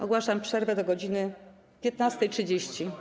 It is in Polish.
Ogłaszam przerwę do godz. 15.30.